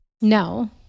no